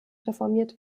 reformiert